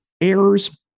errors